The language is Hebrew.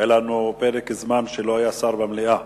היה לנו פרק זמן שלא היה שר במליאה,